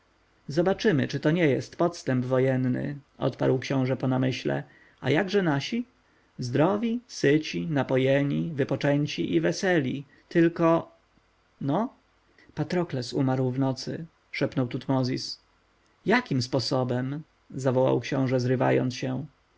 zobaczymy czy to nie jest podstęp wojenny odparł książę po namyśle a jakże nasi zdrowi syci napojeni wypoczęci i weseli tylko no patrokles umarł w nocy szepnął tutmozis jakim sposobem zawołał książę zrywając się